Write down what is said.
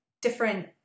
different